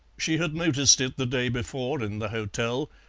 she had noticed it the day before in the hotel,